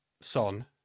Son